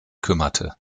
kümmerte